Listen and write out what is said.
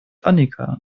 annika